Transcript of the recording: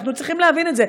אנחנו צריכים להבין את זה.